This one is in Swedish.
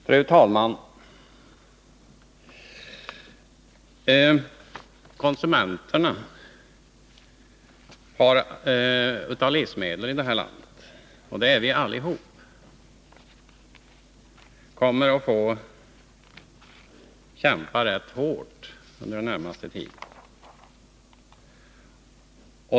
Fru talman! Konsumenterna av livsmedel i det här landet — och det är vi allihop — kommer att få kämpa rätt hårt under den närmaste tiden.